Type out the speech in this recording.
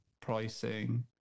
pricing